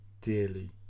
dearly